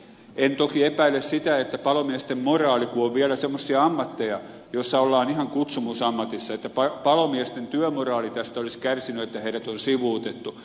en toki epäile sitä että palomiesten työmoraali kun on vielä semmoisia ammatteja joissa ollaan ihan kutsumusammatissa tästä olisi kärsinyt että heidät on sivuutettu